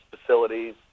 facilities